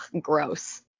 gross